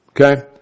Okay